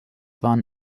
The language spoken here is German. waren